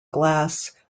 glass